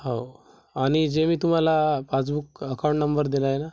हो आणि जे मी तुम्हाला पासबुक अकाउंट नंबर दिला आहे ना